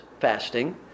fasting